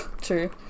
True